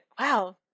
Wow